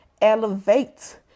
elevate